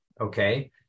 Okay